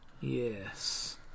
yes